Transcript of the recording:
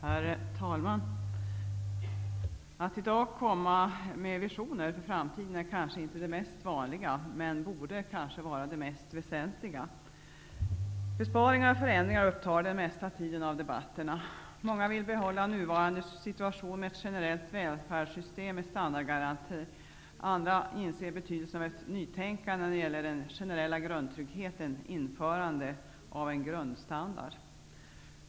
Herr talman! Att i dag komma med visioner för framtiden är kanske inte det mest vanliga, men borde vara det mest väsentliga. Besparingar och förändringar upptar den mesta tiden av debat terna. Många vill behålla nuvarande situation med ett generellt välfärdssystem med standardga ranti, och andra inser betydelsen av ett nytän kande när det gäller den generella grundtrygghe ten, införandet av en grundstandard.